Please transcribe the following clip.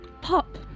Pop